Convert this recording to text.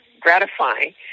gratifying